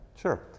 Sure